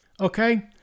Okay